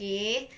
okay